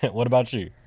what about you?